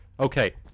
Okay